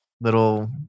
little